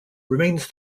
remains